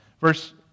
Verse